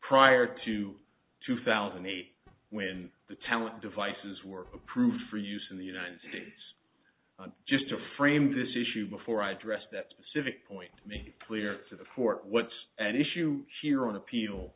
prior to two thousand and eight when the talent devices were approved for use in the united states just to frame this issue before i address that specific point to make clear to the court what's at issue here on appeal